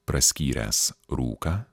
praskyręs rūką